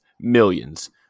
millions